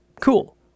cool